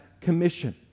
commission